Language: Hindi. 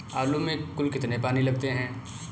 आलू में कुल कितने पानी लगते हैं?